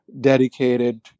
dedicated